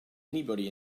anybody